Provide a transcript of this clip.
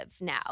now